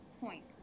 point